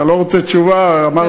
אתה לא רוצה תשובה, אמרת את דבריך.